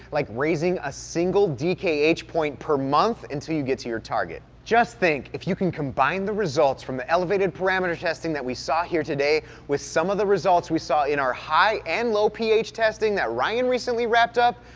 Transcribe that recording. like raising a single dkh point per month until you get to your target. just think, if you can combine the results from the elevated parameter testing that we saw here today, with some of the results that we saw in our high and low ph testing that ryan recently wrapped up,